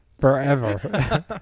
Forever